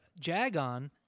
Jagon